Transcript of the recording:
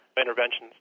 interventions